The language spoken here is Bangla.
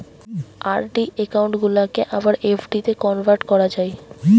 আর.ডি একউন্ট গুলাকে আবার এফ.ডিতে কনভার্ট করা যায়